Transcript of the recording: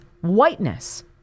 whiteness